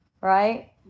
right